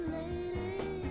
lady